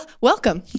welcome